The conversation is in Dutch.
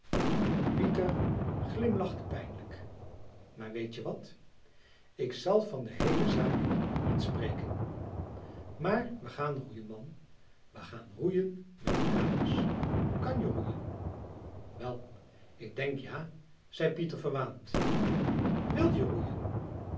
pieter glimlachte pijnlijk maar weetje wat ik zal van de heele zaak niet spreken maar we gaan roeien man we gaan roeien met de dames kanje roeien wel ik denk ja zei pieter verwaand wilje roeien